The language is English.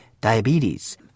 diabetes